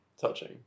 touching